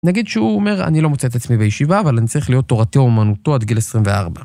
נגיד שהוא אומר אני לא מוצא את עצמי בישיבה אבל אני צריך להיות תורתי אומנותו עד גיל 24.